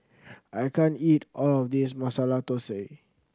I can't eat all of this Masala Dosa